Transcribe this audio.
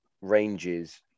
ranges